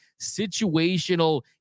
Situational